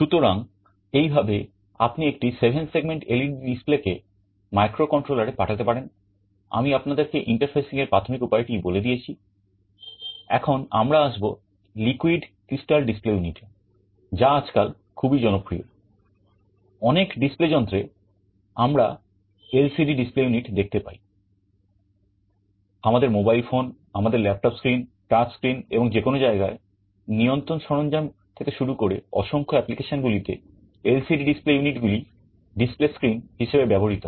সুতরাং এইভাবে আপনি একটি seven segment LED display screen হিসাবে ব্যবহৃত হয়